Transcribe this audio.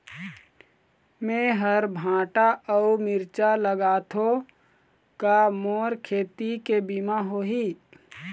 मेहर भांटा अऊ मिरचा लगाथो का मोर खेती के बीमा होही?